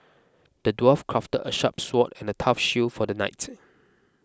the dwarf crafted a sharp sword and a tough shield for the knight